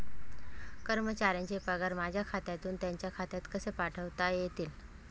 कर्मचाऱ्यांचे पगार माझ्या खात्यातून त्यांच्या खात्यात कसे पाठवता येतील?